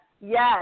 Yes